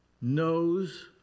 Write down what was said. knows